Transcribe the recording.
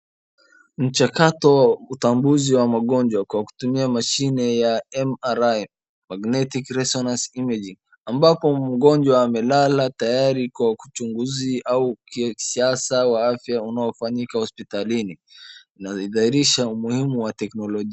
Mchakato wa utambuzi wa magonjwa kwa kutumia mashine ya MRI magnetic resonance imaging ambapo mgonjwa amelala tayari kwa uchunguzi au uchunguzi au kisiasa wa afya unaofanyika hospitalini inadhihirisha umuhimu wa teknolojia.